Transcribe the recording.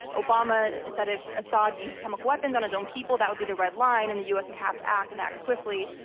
obama said if assad used chemical weapons on his own people, that would be the red line, and the us would have to act, and act swiftly.